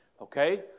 Okay